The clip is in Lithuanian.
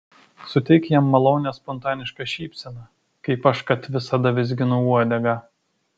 suteik jam malonią spontanišką šypseną kaip aš kad visada vizginu uodegą